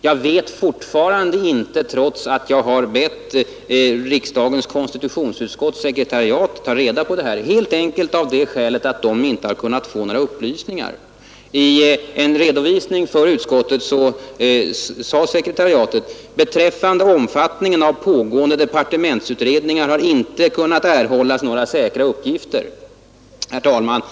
Jag vet det fortfarande inte, trots att jag har bett konstitutionsutskottets sekretariat ta reda på det, helt enkelt av det skälet att sekretariatet inte har kunnat få några upplysningar. I en redovisning för utskottet sade sekretariatet: ”Beträffande omfattningen av pågående departementsutredningar har inte kunnat erhållas några säkra uppgifter.” Herr talman!